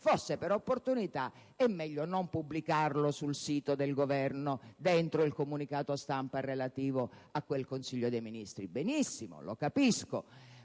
forse per opportunità è meglio non pubblicarlo sul sito del Governo nel comunicato stampa relativo a quel Consiglio dei ministri. Benissimo, lo capisco,